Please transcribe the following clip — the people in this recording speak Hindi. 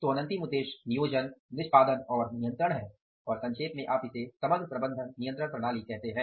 तो अनंतिम उद्देश्य नियोजन निष्पादन और नियंत्रण है और संक्षेप में आप इसे समग्र प्रबंधन नियंत्रण प्रणाली कहते हैं